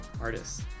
artists